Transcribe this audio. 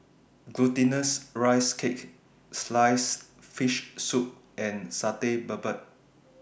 Glutinous Rice Cake Sliced Fish Soup and Satay Babat